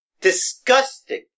disgusting